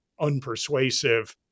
unpersuasive